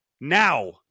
Now